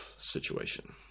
situation